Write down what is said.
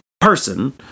person